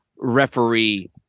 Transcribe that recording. referee